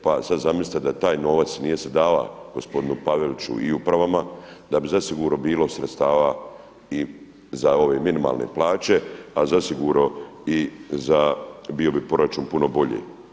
Pa sad zamislite da taj novac nije se dava gospodinu Paveliću i upravama, da bi zasigurno bilo sredstava i za ove minimalne plaće, a zasigurno i za bio bi proračun puno bolji.